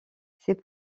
c’est